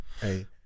Hey